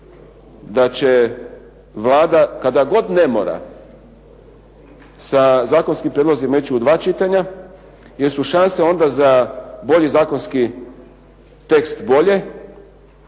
da će Vlada kada god ne mora sa zakonskim prijedlozima ići u dva čitanja jer su šanse onda za bolji zakonski tekst bolje